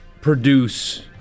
produce